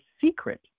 secret